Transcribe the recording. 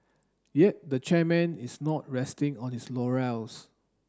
yet the chairman is not resting on his laurels